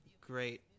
great